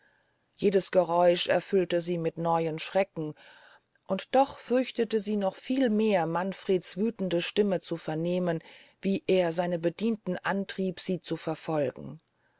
jedes geräusch erfüllte sie mit neuen schrecken und doch fürchtete sie noch viel mehr manfreds wütende stimme zu vernehmen wie er seine bedienten antriebe sie zu verfolgen